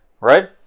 Right